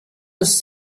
was